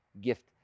gift